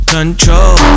Control